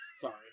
Sorry